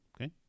okay